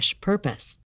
purpose